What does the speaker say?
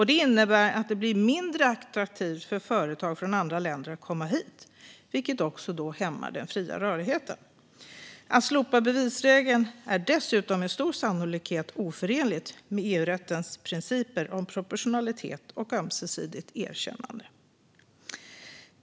Detta innebär att det blir mindre attraktivt för företag från andra länder att komma hit, vilket hämmar den fria rörligheten. Att slopa bevisregeln är dessutom med stor sannolikhet oförenligt med EU-rättens principer om proportionalitet och ömsesidigt erkännande.